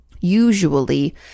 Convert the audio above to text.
usually